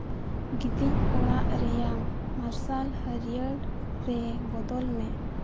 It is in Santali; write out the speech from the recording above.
ᱜᱤᱛᱤᱡ ᱚᱲᱟᱜ ᱨᱮᱭᱟᱜ ᱢᱟᱨᱥᱟᱞ ᱦᱟᱹᱨᱭᱟᱹᱲ ᱨᱮ ᱵᱚᱫᱚᱞ ᱢᱮ